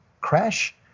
crash